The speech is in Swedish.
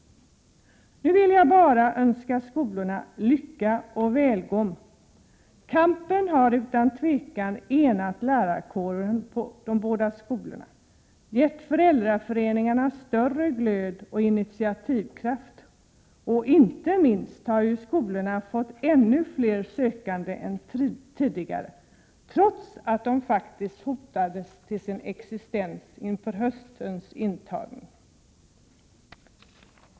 Nu vill jag bara önska dessa skolor lycka och välgång. Kampen har utan tvivel enat lärarkåren på de båda skolorna och gett föräldraföreningarna mera glöd och initiativkraft. Inte minst har skolorna fått ännu fler sökande än tidigare, trots att de faktiskt hotades till sin existens inför höstens intagning.